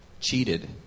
cheated